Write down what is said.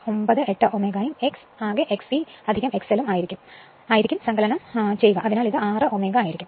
98 Ω ഉം X ആകെ Xe X L ഉം ആയിരിക്കും സങ്കലനം കാണുക അതിനാൽ ഇത് 6Ω ആയിരിക്കും